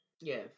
Yes